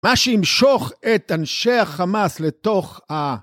מה שימשוך את אנשי החמאס לתוך ה...